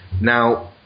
Now